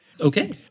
Okay